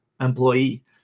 employee